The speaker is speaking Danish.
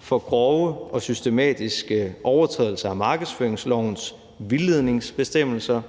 for grove og systematiske overtrædelser af markedsføringslovens vildledningsbestemmelser,